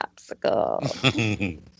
popsicle